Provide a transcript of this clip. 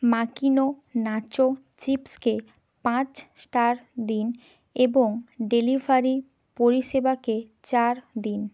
Makino nacho চিপসকে পাঁচ star দিন এবং ডেলিভারি পরিষেবাকে চার দিন